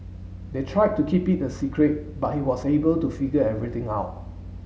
they tried to keep it a secret but he was able to figure everything out